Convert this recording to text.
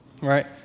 right